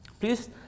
Please